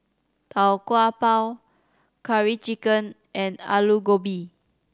Tau Kwa Pau Curry Chicken and Aloo Gobi